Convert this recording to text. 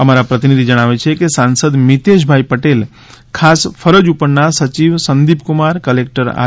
અમારા પ્રતિનિધિ જણાવે છે કે સાંસદ મિતેષ ભાઈ પટેલ ખાસ ફરજ ઉપરના સચિવ સંદીપ કુમાર કલેકટર આર